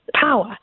power